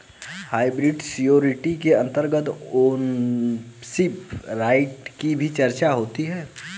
hybrid security के अंतर्गत ownership right की भी चर्चा होती है